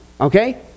okay